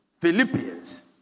Philippians